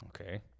Okay